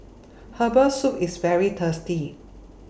Herbal Soup IS very tasty